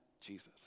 Jesus